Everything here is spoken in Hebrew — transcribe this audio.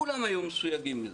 כולם היו מסויגים מזה.